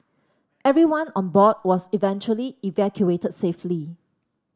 everyone on board was eventually evacuated safely